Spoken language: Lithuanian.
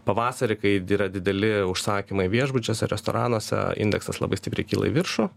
pavasarį kai yra dideli užsakymai viešbučiuose restoranuose indeksas labai stipriai kyla į viršų